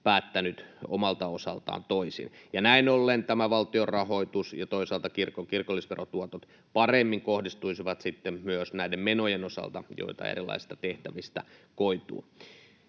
päättänyt omalta osaltaan toisin. Näin ollen tämä valtionrahoitus ja toisaalta kirkon kirkollisverotuotot paremmin kohdistuisivat sitten myös näiden menojen osalta, joita erilaisista tehtävistä koituu.